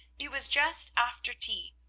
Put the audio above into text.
it was just after tea,